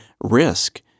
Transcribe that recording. risk